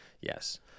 Yes